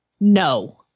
no